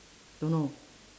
don't know